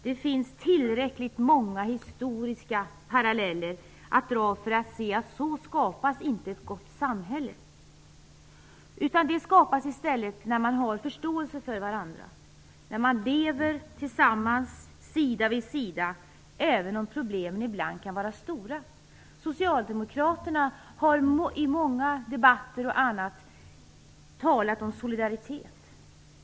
Det finns tillräckligt många historiska paralleller där man kan se att så skapas inte ett gott samhälle. Det skapas i stället när man har förståelse för varandra, när man lever tillsammans sida vid sida även om problemen ibland kan vara stora. Socialdemokraterna har i många debatter och på andra ställen talat om solidaritet.